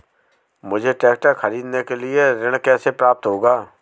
मुझे ट्रैक्टर खरीदने के लिए ऋण कैसे प्राप्त होगा?